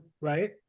right